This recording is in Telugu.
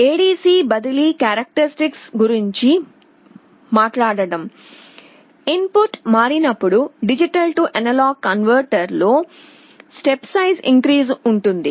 ADC బదిలీ క్యారక్టరిస్టిక్ గురించి మాట్లాడటం ఇన్ పుట్ మారినప్పుడు D A కన్వర్టర్ లో మాదిరిగానే స్టెప్ వైస్ ఇంక్రీస్ ఉంటుంది